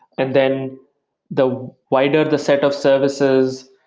and then the wider the set of services,